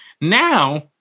Now